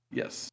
yes